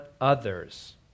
others